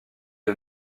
est